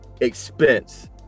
expense